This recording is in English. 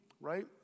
right